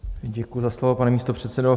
Děkuji za slovo, pane místopředsedo.